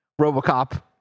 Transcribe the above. Robocop